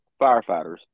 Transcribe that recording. firefighters